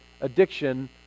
addiction